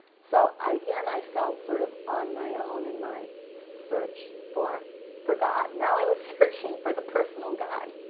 so again i felt sort of on my own in my search for for god now i was searching for the personal god.